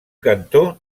cantó